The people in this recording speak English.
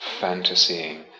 fantasying